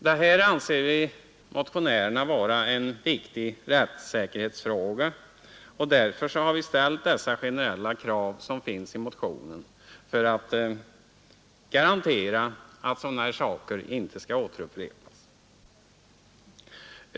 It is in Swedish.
Det här anser vi motionärer vara en viktig rättssäkerhetsfråga, och vi har ställt de generella krav som finns i motionen för att det skall kunna garanteras att sådana här saker inte upprepas.